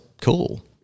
cool